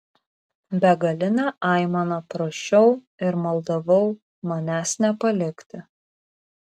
begaline aimana prašiau ir maldavau manęs nepalikti